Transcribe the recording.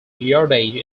yardage